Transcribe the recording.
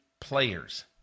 players